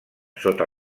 sota